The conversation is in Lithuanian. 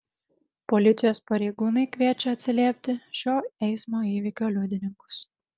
policijos pareigūnai kviečia atsiliepti šio eismo įvykio liudininkus